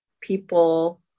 people